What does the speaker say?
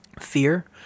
fear